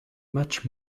much